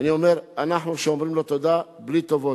ואני אומר, אנחנו שומרים לו תודה בלי טובות,